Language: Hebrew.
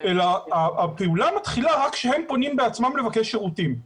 אלא הפעולה מתחילה רק כשהם פונים בעצמם לבקש שירותים.